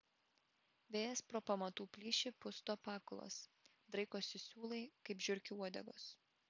vėjas pro pamatų plyšį pusto pakulas draikosi siūlai kaip žiurkių uodegos